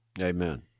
Amen